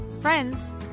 friends